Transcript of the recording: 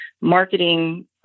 marketing